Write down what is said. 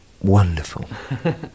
Wonderful